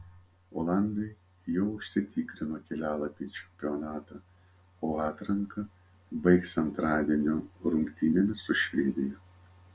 olandai jau užsitikrino kelialapį į čempionatą o atranką baigs antradienio rungtynėmis su švedija